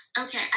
Okay